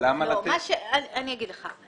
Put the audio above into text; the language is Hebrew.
אני אגיד לך.